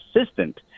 assistant